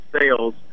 sales